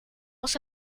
was